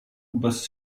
bez